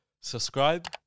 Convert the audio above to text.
subscribe